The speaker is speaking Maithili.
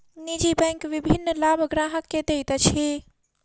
निजी बैंक विभिन्न लाभ ग्राहक के दैत अछि